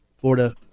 Florida